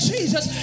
Jesus